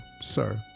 sir